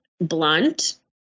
blunt